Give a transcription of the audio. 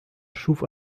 schuf